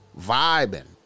Vibing